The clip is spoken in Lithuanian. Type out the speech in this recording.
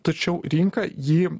tačiau rinka jį